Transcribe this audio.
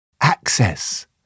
Access